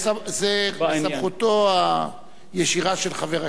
זה בסמכותו הישירה של חבר הכנסת.